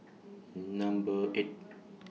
Number eight